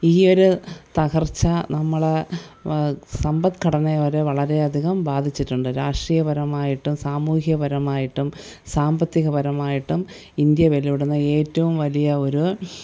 ഈ ഒരു തകർച്ച നമ്മളെ സമ്പദ്ഘടനയെ വരെ വളരെയധികം ബാധിച്ചിട്ടുണ്ട് രാഷ്ട്രീയപരമായിട്ടും സാമൂഹികപരമായിട്ടും സാമ്പത്തികപരമായിട്ടും ഇന്ത്യ വെല്ലുവിടുന്ന ഏറ്റവും വലിയ ഒരു